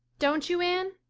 don't you, anne?